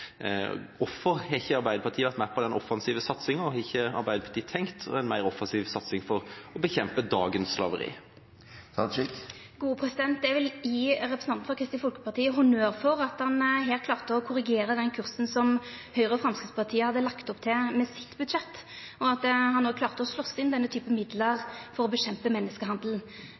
Hvorfor har ikke Arbeiderpartiet vært med på den offensive satsinga, og har ikke Arbeiderpartiet tenkt på en mer offensiv satsing for å bekjempe dagens slaveri? Eg vil gje representanten frå Kristeleg Folkeparti honnør for at han her klarte å korrigera den kursen som Høgre og Framstegspartiet hadde lagt opp til med budsjettet sitt, og at han også klarte å slåst inn denne typen midlar til kampen mot menneskehandel.